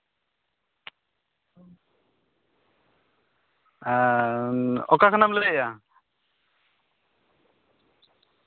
ᱚᱠᱟ ᱠᱷᱚᱱᱟᱜ ᱮᱢ ᱞᱟᱹᱭᱮᱫᱼᱟ